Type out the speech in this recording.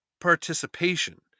participation